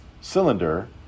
cylinder